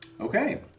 Okay